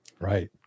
Right